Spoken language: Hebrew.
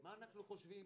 מה אנחנו חושבים?